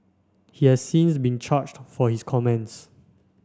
he has since been charged for his comments